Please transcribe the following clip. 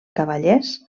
cavallers